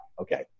okay